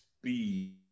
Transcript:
speed